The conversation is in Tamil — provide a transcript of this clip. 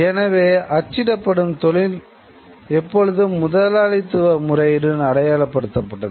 எனவே அச்சிடும் தொழில் எப்போதும் முதலாளித்துவ முறையுடன் அடையாளப்படுத்தப்பட்டது